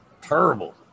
Terrible